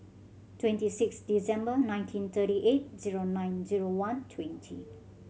twenty six December nineteen thirty eight zero nine zero one twenty